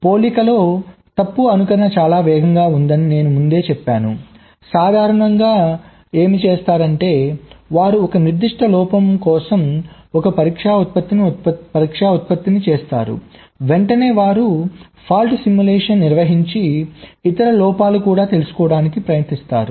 పోలికలో తప్పు అనుకరణ చాలా వేగంగా ఉందని నేను ముందే చెప్పాను సాధారణంగా ఏమి చేస్తారు అంటే వారు ఒక నిర్దిష్ట లోపం కోసం ఒక పరీక్షను ఉత్పత్తి చేస్తారు వెంటనే వారు తప్పు అనుకరణను నిర్వహించి ఇతర లోపాలు కూడా తెలుసుకోవడానికి ప్రయత్నిస్తారు